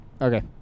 Okay